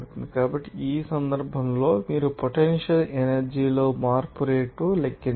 కాబట్టి ఈ సందర్భంలో మీరు పొటెన్షియల్ ఎనర్జీ లో మార్పు రేటును లెక్కించాలి